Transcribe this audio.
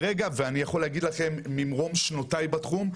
ואני יכול להגיד לכם ממרום שנותיי בתחום,